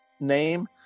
name